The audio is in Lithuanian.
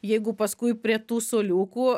jeigu paskui prie tų suoliukų